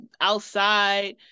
outside